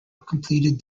completed